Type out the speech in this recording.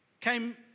came